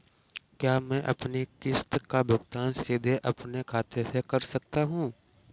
क्या मैं अपनी किश्त का भुगतान सीधे अपने खाते से कर सकता हूँ?